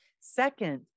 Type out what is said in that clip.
Second